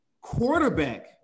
quarterback